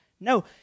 no